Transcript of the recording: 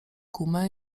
gumę